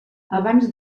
abans